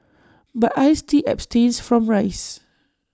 but I still abstain from rice